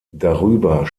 darüber